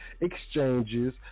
exchanges